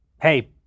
hey